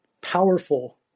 powerful